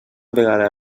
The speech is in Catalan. vegada